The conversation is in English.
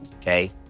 okay